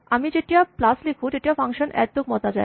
আমি যেতিয়া প্লাচ লিখো তেতিয়া ফাংচন এড টোক মতা যায়